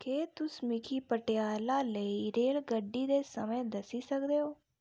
केह् तुस मिगी पटियाला लेई रेलगड्डी दे समें दस्सी सकदे ओ